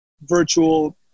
virtual